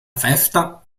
festa